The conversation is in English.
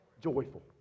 Joyful